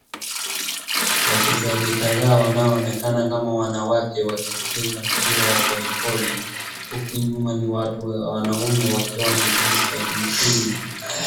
Wachezaji kadhaa wanaoonekana kama wanawake wakicheza mpira wa voliboli huku nyuma ni watu wanaume wakiwa wanaangalia side